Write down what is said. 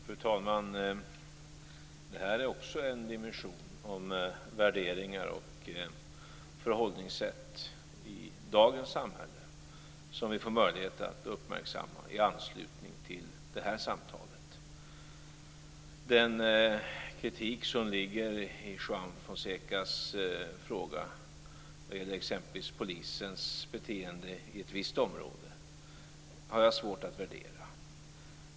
Fru talman! Det här är också en dimension, värderingar och förhållningssätt i dagens samhälle, som vi får möjlighet att uppmärksamma i anslutning till det här samtalet. Den kritik som ligger i Juan Fonsecas fråga vad gäller exempelvis polisens beteende i ett visst område, har jag svårt att värdera.